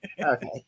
Okay